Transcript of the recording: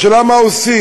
השאלה מה עושים.